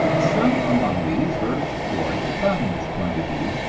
some among these verge toward the communist point of view,